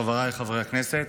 חבריי חברי הכנסת,